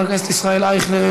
חבר הכנסת ישראל אייכלר,